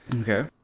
Okay